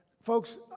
folks